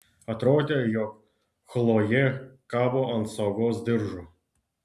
atrodė jog chlojė kabo ant saugos diržo